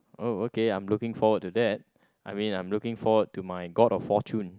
oh okay I am looking forward to that I mean I am looking forward to my god of fortune